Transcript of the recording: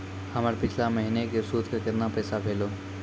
हमर पिछला महीने के सुध के केतना पैसा भेलौ?